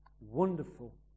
Wonderful